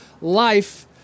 life